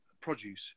produce